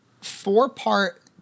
four-part